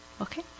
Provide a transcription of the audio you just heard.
Okay